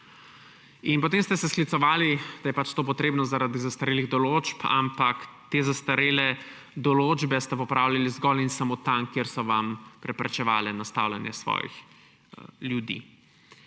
Potem ste se sklicevali, da je to potrebno zaradi zastarelih določb, ampak te zastarele določbe ste popravljali zgolj in samo tam, kjer so vam preprečevale nastavljanje svojih ljudi.